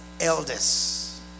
elders